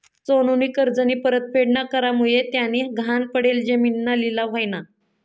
सोनूनी कर्जनी परतफेड ना करामुये त्यानी गहाण पडेल जिमीनना लिलाव व्हयना